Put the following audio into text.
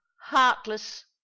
heartless